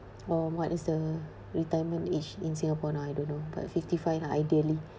or what is the retirement age in singapore now I don't know but fifty-five lah ideally